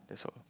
that's all